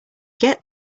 get